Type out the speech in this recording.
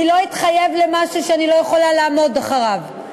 אני לא אתחייב למשהו שאני לא יכולה לעמוד מאחוריו.